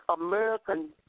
American